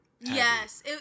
Yes